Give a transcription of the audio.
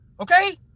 Okay